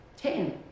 ten